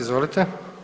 Izvolite.